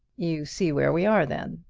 you see where we are then,